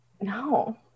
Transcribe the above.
No